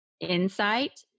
insight